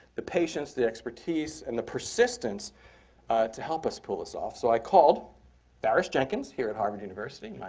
the patience, the expertise, and the persistence to help us pull this off. so i called farish jenkins here at harvard university,